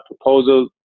proposal